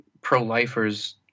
pro-lifers